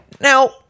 Now